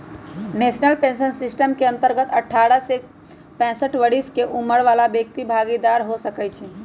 national pension system के अंतर्गत अठारह से पैंसठ बरिश के उमर बला व्यक्ति भागीदार हो सकइ छीन्ह